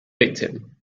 victim